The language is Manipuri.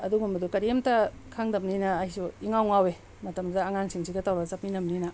ꯑꯗꯨꯒꯨꯝꯕꯗꯣ ꯀꯔꯤꯝꯇ ꯈꯪꯗꯕꯅꯤꯅ ꯑꯩꯁꯨ ꯏꯉꯥꯎ ꯉꯥꯎꯋꯤ ꯃꯇꯝꯗꯨꯗ ꯑꯉꯥꯡꯁꯤꯡꯁꯤꯒ ꯇꯧꯔꯒ ꯆꯠꯃꯤꯟꯅꯕꯅꯤꯅ